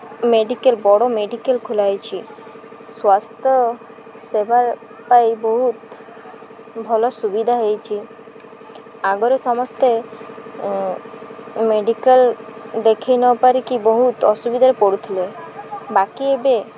medical ବଡ଼ medical ଖୋଲାହୋଇଛି ସ୍ୱାସ୍ଥ୍ୟ ସେବା ପାଇଁ ବହୁତ ଭଲ ସୁବିଧା ହୋଇଛିି ଆଗରେ ସମସ୍ତେ ମେଡ଼ିକାଲ୍ ଦେଖାଇ ନ ପାରିକି ବହୁତ ଅସୁବିଧାରେ ପଡ଼ୁଥିଲେ ବାକି ଏବେ